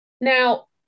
Now